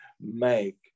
make